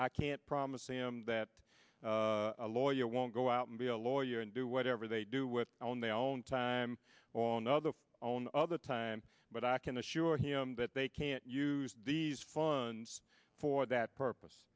i can't i'm a sahm that a lawyer won't go out and be a lawyer and do whatever they do with on their own time or another on other time but i can assure him that they can't use these funds for that purpose